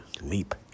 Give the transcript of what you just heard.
leap